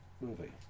movie